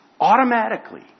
automatically